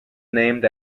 named